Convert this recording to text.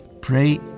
pray